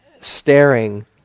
staring